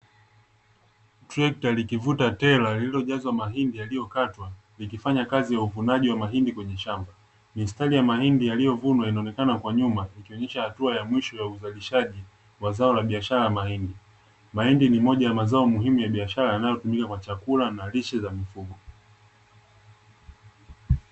Trekta likivuta tela lililojaza mahindi yaliyokatwa ikifanya kazi ya uvunaji wa mahindi kwenye shamba. Mistari ya mahindi yaliyovunwa inaonekana kwa nyuma ikionyesha hatua ya mwisho ya uzalishaji wa zao la biashara la mahindi. Mahindi ni moja ya zao muhimu la biashara yanayotumika kwa chakuka na lishe za mifugo.